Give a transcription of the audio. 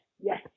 Yes